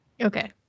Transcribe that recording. Okay